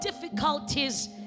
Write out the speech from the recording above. difficulties